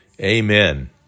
Amen